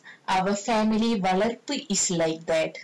since our family வளர்ப்பு:valarppu is like that